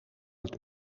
het